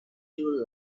you